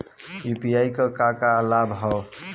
UPI क का का लाभ हव?